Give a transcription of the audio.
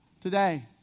today